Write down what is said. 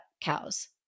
cows